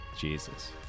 Jesus